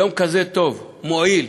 יום כזה טוב, מועיל,